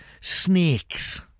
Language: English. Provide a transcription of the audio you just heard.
snakes